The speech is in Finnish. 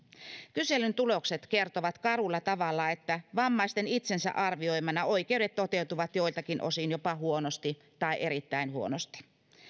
kyselyn tulokset kertovat karulla tavalla että vammaisten itsensä arvioimana oikeudet toteutuvat joiltakin osin jopa huonosti tai erittäin huonosti